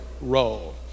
role